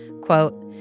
Quote